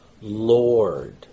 Lord